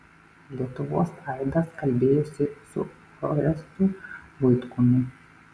lietuvos aidas kalbėjosi su orestu buitkumi